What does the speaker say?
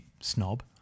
snob